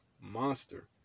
monster